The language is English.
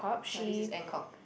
ah this is Ann-Kok